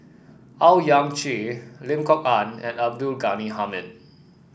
Owyang Chi Lim Kok Ann and Abdul Ghani Hamid